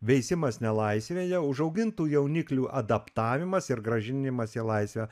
veisimas nelaisvėje užaugintų jauniklių adaptavimas ir grąžinimas į laisvę